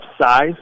size